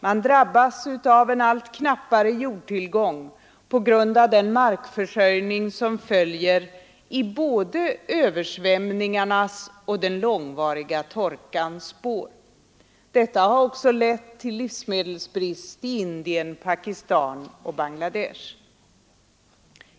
Man drabbas av en allt knappare jordtillgång på grund av-den markförstöring som följer i både översvämningarnas och den långvariga torkans spår. Detta har också lett till livsmedelsbrist i Indien, Pakistan och Bangladesh.